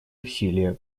усилия